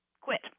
quit